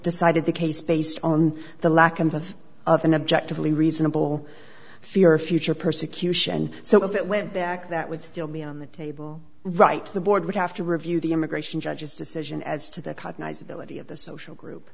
decided the case based on the lack of of an objective a reasonable fear of future persecution so if it went back that would still be on the table right the board would have to review the immigration judge's decision as to the cognized ability of the social group